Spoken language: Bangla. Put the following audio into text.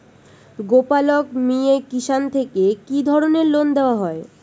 গোপালক মিয়ে কিষান থেকে কি ধরনের লোন দেওয়া হয়?